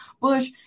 Bush